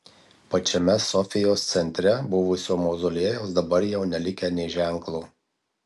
pačiame sofijos centre buvusio mauzoliejaus dabar jau nelikę nė ženklo